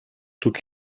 toute